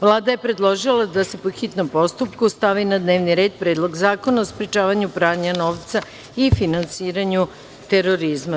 Vlada je predložila da se, po hitnom postupku, stavi na dnevni red Predlog zakona o sprečavanju pranja novca i finansiranju terorizma.